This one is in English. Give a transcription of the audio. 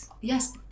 Yes